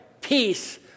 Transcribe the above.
peace